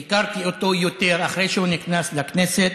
והכרתי אותו יותר אחרי שהוא נכנס לכנסת.